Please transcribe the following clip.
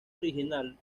original